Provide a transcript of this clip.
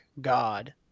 God